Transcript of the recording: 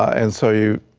and so you